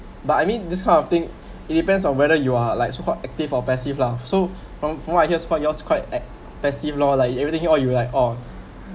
but I mean this kind of thing it depends on whether you are like so called active or passive lah so from from what I hear about yours quite eh passive lor like you everything you all like on